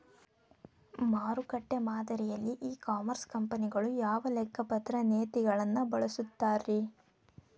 ಮಾರುಕಟ್ಟೆ ಮಾದರಿಯಲ್ಲಿ e commerce ಕಂಪನಿಗಳು ಯಾವ ಲೆಕ್ಕಪತ್ರ ನೇತಿಗಳನ್ನ ಬಳಸುತ್ತಾರಿ?